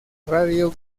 radio